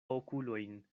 okulojn